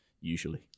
Usually